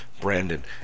Brandon